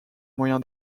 moyen